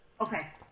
Okay